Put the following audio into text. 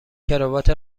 کراوات